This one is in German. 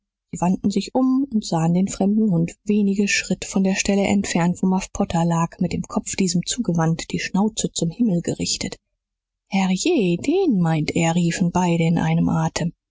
sie wandten sich um und sahen den fremden hund wenige schritt von der stelle entfernt wo muff potter lag mit dem kopf diesem zugewandt die schnauze zum himmel gerichtet herrje den meint er riefen beide in einem atem